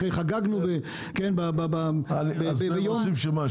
חגגנו ביום --- אז אתם רוצים שמה?